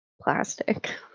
plastic